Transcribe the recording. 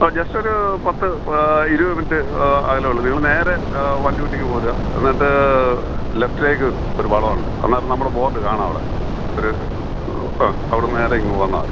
ആ ജസ്റ്റ് ഒരു പത്ത് ഇരുപത് മിനിറ്റ് അകലമേ ഉള്ളൂ നിങ്ങൾ നേരെ വണ്ടി വിട്ടിങ്ങ് പോരുക എന്നിട്ട് ലെഫ്റ്റിലേക്ക് ഒരു വളവുണ്ട് അന്നേരം നമ്മളെ ബോർഡ് കാണാം അവിടെ ഒരു ആ അവിടെ നിന്ന് നേരെ ഇങ്ങ് വന്നാൽമതി